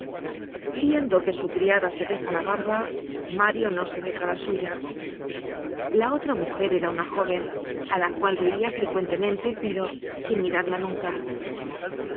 viendo que su criada se deja la barba mario no se deja la suya la otra mujer era una jóven á la cual veia frecuentemente pero sin mirarla nunca